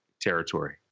territory